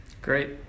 Great